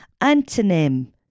antonym